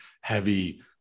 heavy